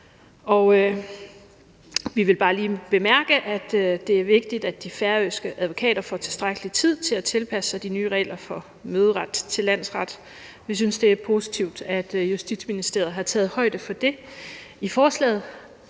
vi vil bare lige bemærke, at det er vigtigt, at de færøske advokater får tilstrækkelig tid til at tilpasse sig de nye regler for møderet for landsret. Vi synes, det er positivt, at Justitsministeriet har taget højde for det i forslaget.